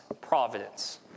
providence